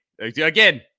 again